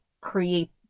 create